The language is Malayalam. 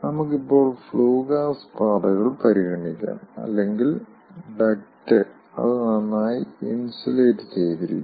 നമുക്ക് ഇപ്പോൾ ഫ്ലൂ ഗ്യാസ് പാതകൾ പരിഗണിക്കാം അല്ലെങ്കിൽ ഡക്റ്റ് അത് നന്നായി ഇൻസുലേറ്റ് ചെയ്തിരിക്കുന്നു